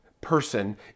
person